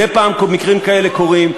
מדי פעם מקרים כאלה עולים,